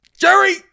Jerry